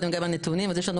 לכן אני רואה בזה